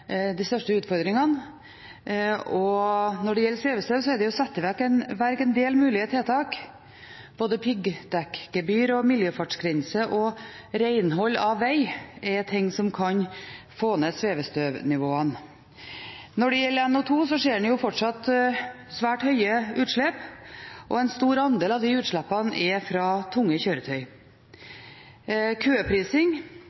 de største utfordringene. Når det gjelder svevestøv, er det satt i verk en del mulige tiltak. Både piggdekkgebyr, miljøfartsgrense og renhold av veg er ting som kan få ned svevestøvnivåene. Når det gjelder NO2, ser man fortsatt svært høye utslipp, og en stor andel av de utslippene er fra tunge